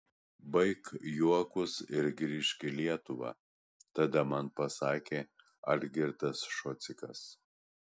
baik juokus ir grįžk į lietuvą tada man pasakė algirdas šocikas